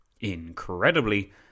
Incredibly